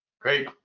Great